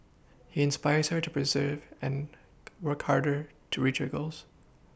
he inspires her to persevere and work harder to reach her goals